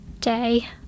day